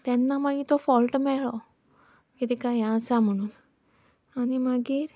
तेन्ना मागीर तो फॉल्ट मेळ्ळो की ताका हें आसा म्हुणून आनी मागीर